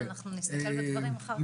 נסתכל בדברים אחר כך.